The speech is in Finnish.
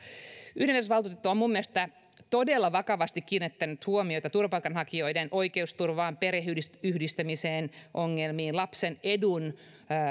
yhdenvertaisuusvaltuutettu on minun mielestäni todella vakavasti kiinnittänyt huomiota turvapaikanhakijoiden oikeusturvaan perheenyhdistämisen ongelmiin lapsen edun